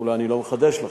אולי אני לא מחדש לכם,